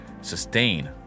sustain